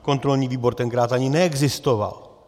Kontrolní výbor tenkrát ani neexistoval.